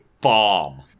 bomb